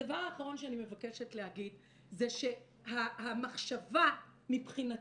הדבר האחרון שאני מבקשת להגיד זה שהמחשבה מבחינתי,